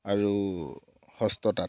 আৰু হস্ত তাঁত